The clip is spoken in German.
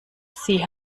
sie